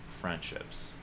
friendships